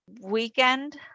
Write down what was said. weekend